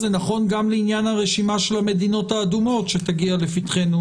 זה נכון גם לעניין הרשימה של המדינות האדומות שתגיע לפתחנו